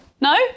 No